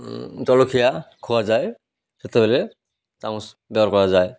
ଜଳଖିଆ ଖୁଆଯାଏ ସେତେବେଳେ ଚାମଚ୍ ବ୍ୟବହାର କରାଯାଏ